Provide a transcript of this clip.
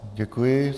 Děkuji.